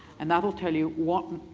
and that will tell you, what,